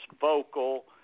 vocal